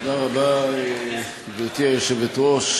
גברתי היושבת-ראש,